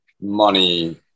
money